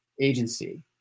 agency